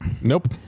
Nope